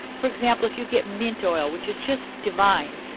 for example, if you get mint oil, which is just divine,